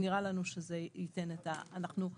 נראה לנו שזה ייתן --- כלומר,